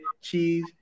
cheese